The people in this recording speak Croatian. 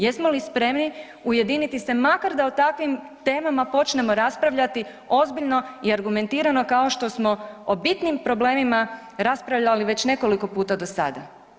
Jesmo li spremni ujediniti se makar da o takvim temama počnemo raspravljati ozbiljno i argumentiramo kao što smo o bitnim problemima raspravljali već nekoliko puta do sada?